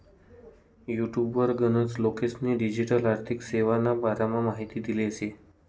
युटुबवर गनच लोकेस्नी डिजीटल आर्थिक सेवाना बारामा माहिती देल शे